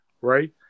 right